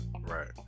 right